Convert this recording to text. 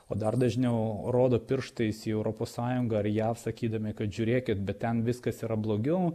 o dar dažniau rodo pirštais į europos sąjungą ar jav sakydami kad žiūrėkit bet ten viskas yra blogiau